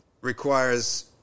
requires